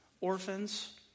orphans